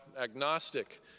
agnostic